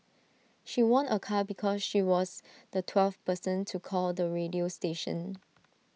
she won A car because she was the twelfth person to call the radio station